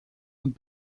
und